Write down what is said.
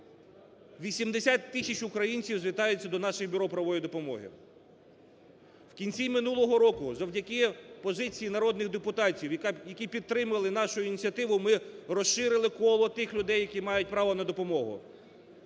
80 тисяч українців звертаються до наших бюро правової допомоги. В кінці минулого року завдяки позиції народних депутатів, які підтримали нашу ініціативу, ми розширили коло тих людей, які мають право на допомогу.